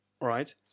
Right